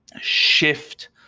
shift